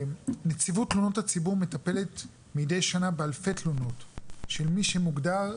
נציבות תלונות הציבור מטפלת מדי שנה באלפי תלונות של מי שמוגדר,